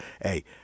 hey